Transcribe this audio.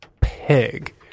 pig